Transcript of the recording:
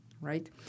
right